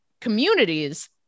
communities